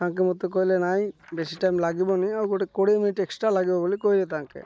ତାଙ୍କେ ମତେ କହିଲେ ନାଇଁ ବେଶୀ ଟାଇମ୍ ଲାଗିବନି ଆଉ ଗୋଟେ କୋଡ଼ିଏ ମିନିଟ୍ ଏକ୍ସଟ୍ରା ଲାଗିବ ବୋଲି କହିଲେ ତାଙ୍କେ